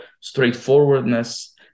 straightforwardness